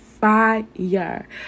fire